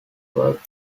work